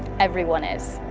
everyone is.